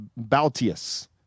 baltius